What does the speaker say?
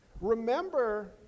Remember